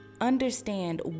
understand